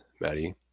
Maddie